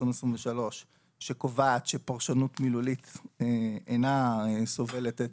שקובעת שפרשנות מילולית אינה סובלת את